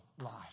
life